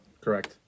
Correct